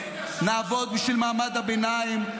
נעבוד בשביל מעמד הביניים,